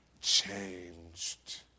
changed